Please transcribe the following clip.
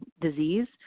disease